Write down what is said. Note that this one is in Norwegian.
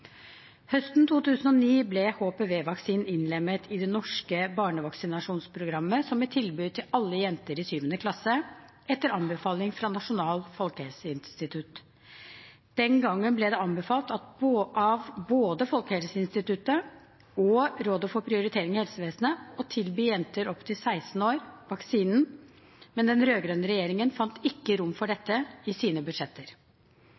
Høsten 2009 ble HPV-vaksinen innlemmet i det norske barnevaksinasjonsprogrammet som et tilbud til alle jenter i 7. klasse, etter anbefaling fra Nasjonalt folkehelseinstitutt. Den gangen ble det anbefalt av både Folkehelseinstituttet og Nasjonalt råd for kvalitet og prioritering i helse- og omsorgstjenesten å tilby vaksinen til jenter opp til 16 år, men den rød-grønne regjeringen fant ikke rom for dette i sine budsjetter.